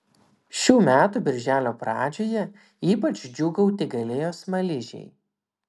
šių metų birželio pradžioje ypač džiūgauti galėjo smaližiai